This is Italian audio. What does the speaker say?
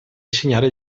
insegnare